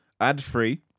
ad-free